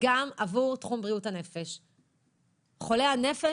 אני שואלת גם אותך: מה עוד צריך לעשות כדי שהזעקה תישמע מכאן?